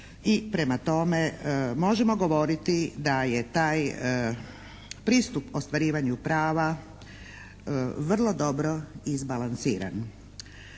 i prema tome možemo govoriti da je taj pristup ostvarivanju prava vrlo dobro izbalansiran.